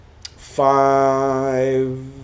five